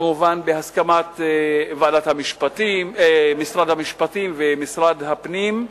כמובן בהסכמת משרד המשפטים ומשרד הפנים.